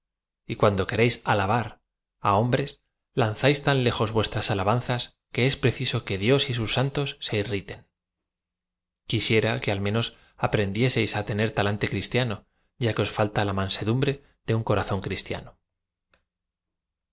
y cuando queréis alabar á hombres lanzáis tan lejos vuestras alabanzas que es preciso que dios y sus san tos se irriten quisiera que al menos aprendieseis á tener talante cristiano y a que os falta la mansedum b re de un corazón cristiano